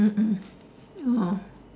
mm mm oh